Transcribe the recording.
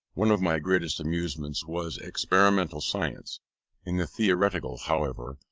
one of my greatest amusements was experimental science in the theoretical, however,